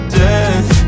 death